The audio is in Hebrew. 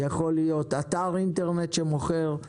יכולים להיות אתר אינטרנט שמוכר.